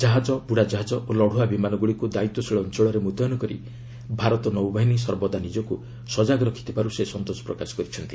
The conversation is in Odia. କାହାଜ ବୁଡ଼ାଜାହାଜ ଓ ଲଢୁଆ ବିମାନଗୁଡ଼ିକୁ ଦାୟିତ୍ୱଶୀଳ ଅଞ୍ଚଳରେ ମୁତ୍ୟନ କରି ଭାରତ ନୌବାହିନୀ ସର୍ବଦା ନିଜକୁ ସଜାଗ ରଖିଥିବାରୁ ସେ ସନ୍ତୋଷ ପ୍ରକାଶ କରିଛନ୍ତି